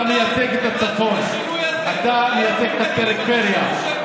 אתה מייצג את הצפון, אתה מייצג את הפריפריה.